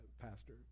pastor